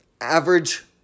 average